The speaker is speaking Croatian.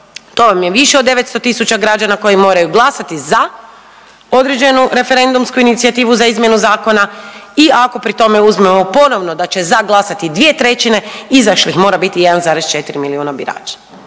to vam je više od 900 tisuća građana koji moraju glasati za određenu referendumsku inicijativu za izmjenu zakona i ako pri tome uzmemo ponovno da će za glasati 2/3 izašlih mora biti 1,4 milijuna birača,